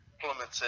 plummeted